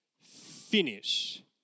finish